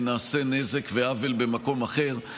נעשה נזק ועוול במקום אחר.